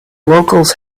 locals